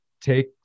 take